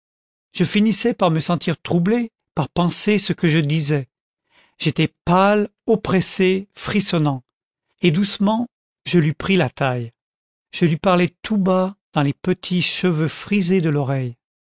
je finissais par me sentir troublé par penser ce que je disais j'étais pâle oppressé frissonnant et doucement je lui pris la taille je lui parlais tout bas dans les petits cheveux frisés de l'oreille